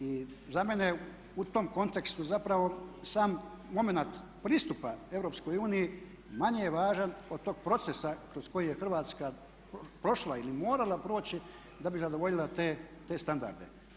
I za mene je u tom kontekstu zapravo sam momenat pristupa EU manje je važan od tog procesa kroz koji je Hrvatska prošla ili morala proći da bi zadovoljila te standarde.